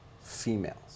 females